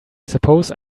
suppose